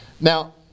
Now